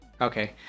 Okay